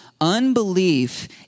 Unbelief